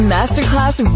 Masterclass